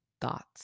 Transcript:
thoughts